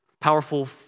powerful